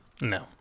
No